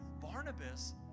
Barnabas